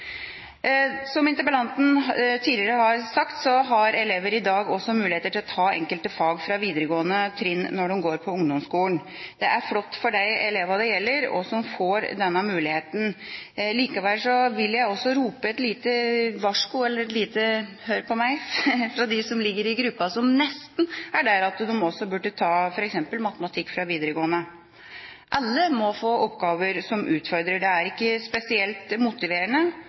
Som interpellanten tidligere har sagt, har elever i dag også mulighet til å ta enkelte fag fra videregående trinn når de går på ungdomsskolen. Det er flott for de elevene det gjelder, som får denne muligheten. Likevel vil jeg rope et lite varsko – eller et lite: Hør på meg! – for dem som ligger i gruppen som nesten er der at de burde ta f.eks. matematikk fra videregående. Alle må få oppgaver som utfordrer. Det er ikke spesielt motiverende